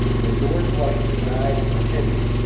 when george washington died in virginia,